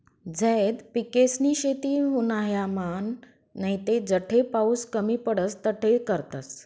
झैद पिकेसनी शेती उन्हायामान नैते जठे पाऊस कमी पडस तठे करतस